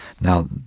Now